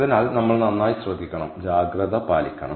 അതിനാൽ നമ്മൾ നന്നായി ശ്രദ്ധിക്കണം ജാഗ്രത പാലിക്കണം